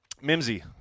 Mimsy